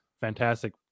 fantastic